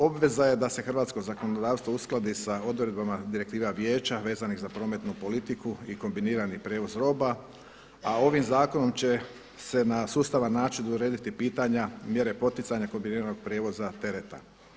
Obveza je da se hrvatsko zakonodavstvo uskladi sa odredbama direktiva Vijeća vezanih za prometnu politiku i kombinirani prijevoz roba a ovim zakonom će se na sustavan način urediti pitanja mjere poticanja kombiniranog prijevoza tereta.